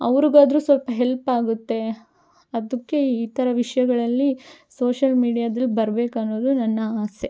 ಅವ್ರಿಗಾದ್ರೂ ಸ್ವಲ್ಪ ಹೆಲ್ಪ್ ಆಗುತ್ತೆ ಅದಕ್ಕೆ ಈ ಥರ ವಿಷಯಗಳಲ್ಲಿ ಸೋಷಲ್ ಮೀಡ್ಯಾದ್ರಲ್ಲಿ ಬರಬೇಕನ್ನೋದು ನನ್ನ ಆಸೆ